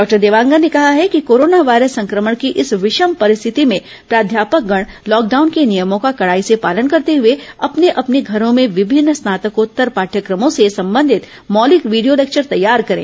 doctor Dewangan ने कहा है कि कोरोना वायरस संक्रमण की इस विषम परिस्थिति में प्राध्यापकगण लॉकडाउन के नियमों का कड़ाई से पालन करते हुए अपने अपने घरों में विभिन्न स्नातकोत्तर पाठयक्रमों से संबंधित मौलिक वीडियो लेक्चर तैयार करें